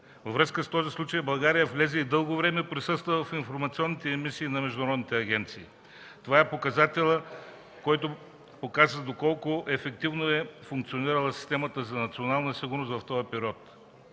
Във връзка с този случай България влезе и дълго време присъства в информационните емисии на международните агенции. Това показва доколко ефективно е функционирала системата за национална сигурност в този период.